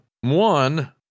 one